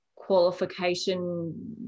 qualification